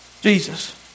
Jesus